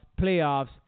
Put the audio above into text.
playoffs